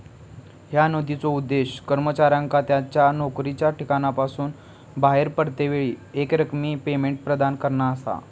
ह्या निधीचो उद्देश कर्मचाऱ्यांका त्यांच्या नोकरीच्या ठिकाणासून बाहेर पडतेवेळी एकरकमी पेमेंट प्रदान करणा असा